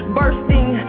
bursting